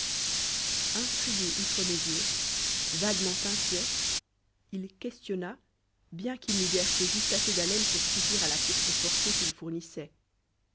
intrigué outre mesure vaguement inquiet il questionna bien qu'il n'eût guère que juste assez d'haleine pour suffire à la course forcée qu'il fournissait